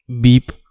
beep